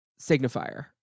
signifier